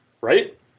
right